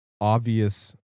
obvious